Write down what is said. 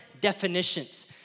definitions